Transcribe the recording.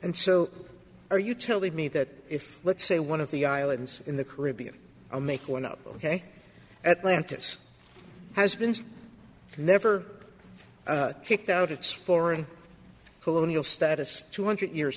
and so are you telling me that if let's say one of the islands in the caribbean i'll make one up ok at lantus has been never kicked out its foreign colonial status two hundred years